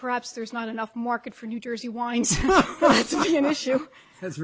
perhaps there's not enough market for new jersey wines so you know she has